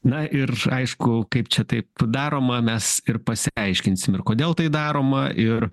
na ir aišku kaip čia taip daroma mes ir pasiaiškinsim ir kodėl tai daroma ir